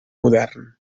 modern